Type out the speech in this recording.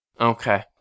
Okay